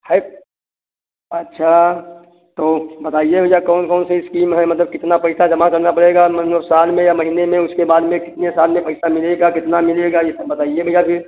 है अच्छा तो बताइए भैया कौन कौन सी इस्कीम है मतलब कितना पैसा जमा करना पड़ेगा और महीनों साल में या महीने में उसके बाद में कितने साल में पैसा मिलेगा कितना मिलेगा ये सब बताइए भैया फिर